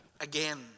again